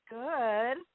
good